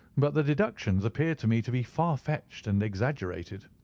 but the deductions appeared to me to be far-fetched and exaggerated.